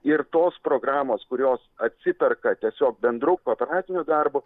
ir tos programos kurios atsiperka tiesiog bendru kooperaciniu darbu